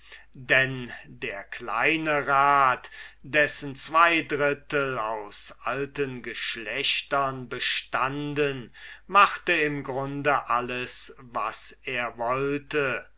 denn der kleine rat dessen zwei drittel aus alten geschlechtern bestunden machte im grunde alles was er wollte